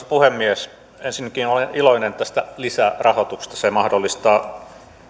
puhemies ensinnäkin olen iloinen tästä lisärahoituksesta se mahdollistaa